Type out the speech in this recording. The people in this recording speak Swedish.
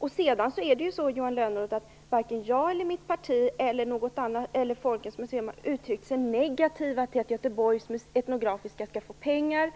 Det är vidare så, Johan Lönnroth, att varken jag, mitt parti eller någon företrädare för Folkets museum har uttryckt sig negativt till att Etnografiska museet i Göteborg skall få pengar